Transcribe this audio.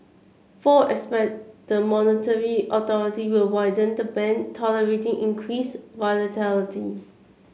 four expect the monetary authority will widen the band tolerating increased volatility